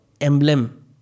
emblem